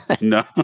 No